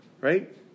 right